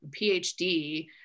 PhD